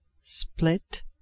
split